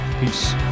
Peace